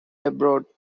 abroad